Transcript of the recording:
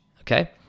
Okay